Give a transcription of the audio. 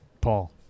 Paul